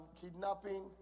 kidnapping